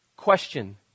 Question